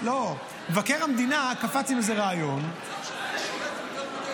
מבקר המדינה קפץ עם איזה רעיון --- הוא שולט --- לא.